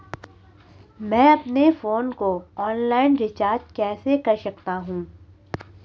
मैं अपने फोन को ऑनलाइन रीचार्ज कैसे कर सकता हूं?